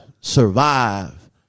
survive